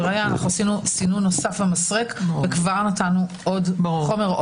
ראיה עשינו סינון נוסף במסרק וכבר נתנו עוד חומר,